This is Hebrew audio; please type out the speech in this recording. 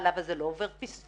החלב הזה לא עובר פסטור,